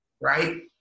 right